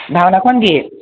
ভাওনাখন কি